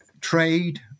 trade